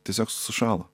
tiesiog sušalo